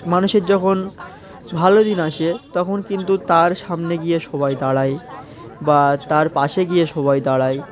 মানুষের যখন ভালো দিন আসে তখন কিন্তু তার সামনে গিয়ে সবাই দাঁড়ায় বা তার পাশে গিয়ে সবাই দাঁড়ায়